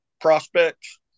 prospects